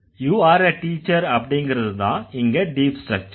you are a teacher அப்படிங்கறதுதான் இங்க deep structure